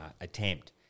attempt